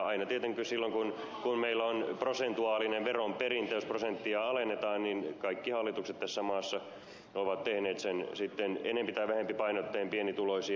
aina tietenkin silloin kun meillä on prosentuaalinen veronperimisprosentti ja prosenttia alennetaan kaikki hallitukset tässä maassa ovat tehneet sen sitten enempi tai vähempi painottaen pienituloisia